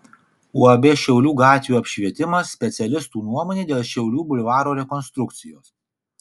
uab šiaulių gatvių apšvietimas specialistų nuomonė dėl šiaulių bulvaro rekonstrukcijos